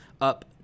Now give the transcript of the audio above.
Up